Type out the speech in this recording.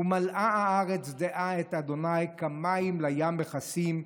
ומלאה הארץ דעה את ה' כמים לים מכסים",